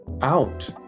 out